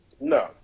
No